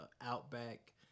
Outback